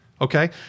Okay